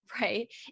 Right